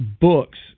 books